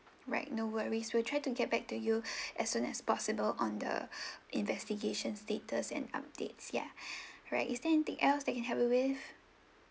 right no worries we will try to get back to you as soon as possible on the investigation status and updates ya right is there anything else that I can help you with